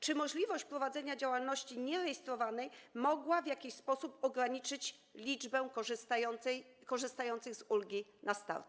Czy możliwość wprowadzenia działalności nierejestrowanej mogła w jakiś sposób ograniczyć liczbę korzystających z ulgi na start?